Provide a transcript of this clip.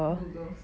blue girls